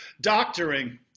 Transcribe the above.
Doctoring